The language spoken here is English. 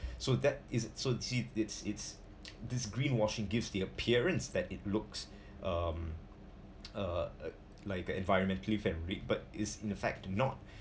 so that is so you see it's it's this green washing gives the appearance that it looks um uh uh like uh environmentally friendly but is in fact not